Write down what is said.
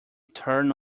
turn